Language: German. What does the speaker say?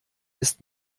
ist